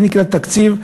זה נקרא תקציב,